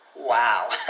Wow